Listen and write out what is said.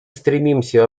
стремимся